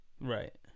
right